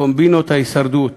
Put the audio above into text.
קומבינות ההישרדות